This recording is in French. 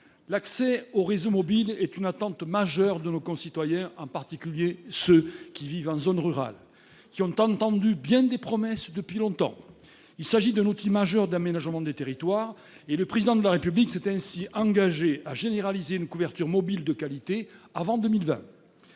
de téléphonie mobile est une attente majeure de nos concitoyens, en particulier de ceux qui vivent en zone rurale et entendent bien des promesses depuis longtemps. Il s'agit d'un enjeu primordial en matière d'aménagement des territoires, et le Président de la République s'est engagé à généraliser une couverture mobile de qualité avant 2020.